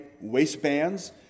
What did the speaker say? waistbands